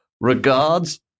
Regards